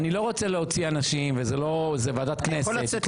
אני לא רוצה להוציא אנשים, זו ועדת כנסת.